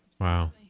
Wow